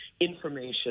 information